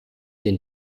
den